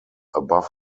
above